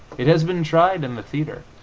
it has been tried in the theatre.